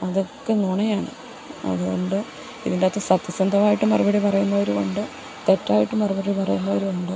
അതൊക്കെ നുണയാണ് അതുകൊണ്ട് ഇതിൻറ്റകത്ത് സത്യസന്ധമായിട്ട് മറുപടി പറയുന്നവർ ഉണ്ട് തെറ്റായിട്ട് മറുപടി പറയുന്നവർ ഉണ്ട്